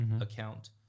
account